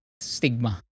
stigma